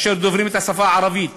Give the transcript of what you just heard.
אשר דוברים את השפה הערבית.